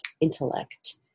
intellect